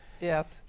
Yes